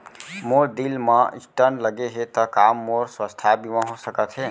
मोर दिल मा स्टन्ट लगे हे ता का मोर स्वास्थ बीमा हो सकत हे?